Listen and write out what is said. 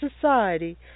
society